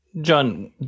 John